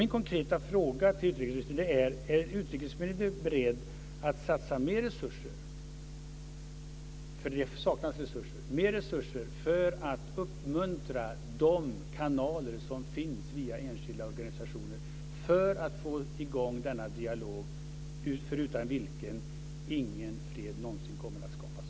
Min konkreta fråga till utrikesministern är om hon är beredd att satsa mer resurser - det saknas resurser - för att uppmuntra de kanaler som finns via enskilda organisationer för att få i gång denna dialog, förutan vilken ingen fred någonsin kommer att skapas.